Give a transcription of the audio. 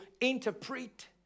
interpret